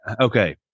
okay